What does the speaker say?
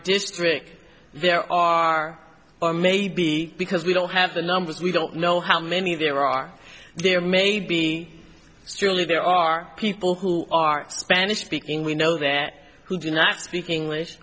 district there are or may be because we don't have the numbers we don't know how many there are there may be truly there are people who are spanish speaking we know that who do not speak english